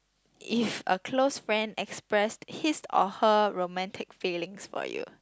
if a close friend expressed his or her romantic feelings for you